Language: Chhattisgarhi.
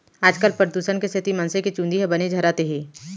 आजकाल परदूसन के सेती मनसे के चूंदी मन बने झरत हें